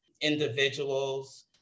individuals